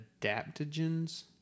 adaptogens